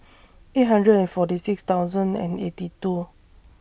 eight hundred and forty six thousand and eighty two